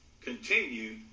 continue